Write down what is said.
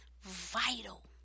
vital